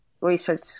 research